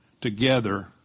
together